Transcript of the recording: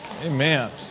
Amen